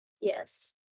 Yes